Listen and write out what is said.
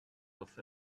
haunts